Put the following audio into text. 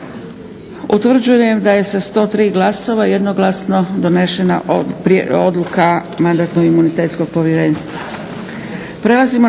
Utvrđujem da je sa 103 glasova jednoglasno donešena odluka Mandatno-imunitetnog povjerenstva.